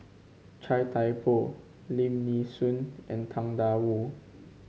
Chia Thye Poh Lim Nee Soon and Tang Da Wu